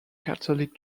catholic